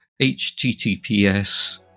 https